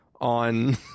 on